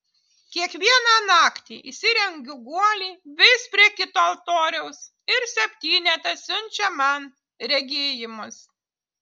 kiekvieną naktį įsirengiu guolį vis prie kito altoriaus ir septynetas siunčia man regėjimus